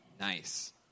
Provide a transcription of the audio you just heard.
Nice